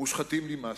"מושחתים, נמאסתם".